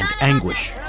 anguish